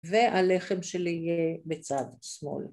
והלחם שלי יהיה מצד שמאל.